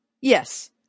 Yes